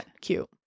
cute